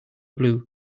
blue